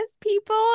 people